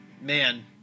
Man